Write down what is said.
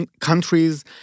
countries